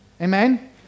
Amen